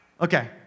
Okay